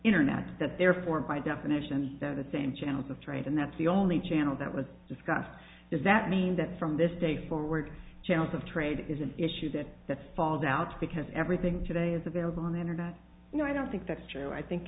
internet that therefore by definition the same channels of trade and that's the only channel that was discussed does that mean that from this day forward channels of trade is an issue that that falls out because everything today is available on the internet you know i don't think that's true i think